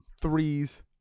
threes